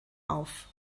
auf